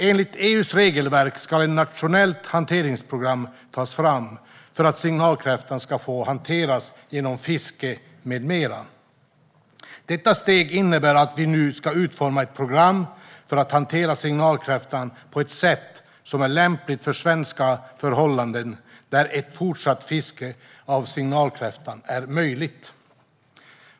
Enligt EU-regelverket ska ett nationellt hanteringsprogram tas fram för att signalkräftan ska få hanteras genom fiske med mera. Detta steg innebär att vi nu ska utforma ett program för att hantera signalkräftan på ett sätt som är lämpligt för svenska förhållanden och där ett fortsatt fiske av signalkräfta är möjligt.